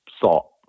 salt